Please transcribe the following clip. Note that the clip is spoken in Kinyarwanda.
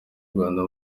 rwanda